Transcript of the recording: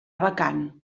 vacant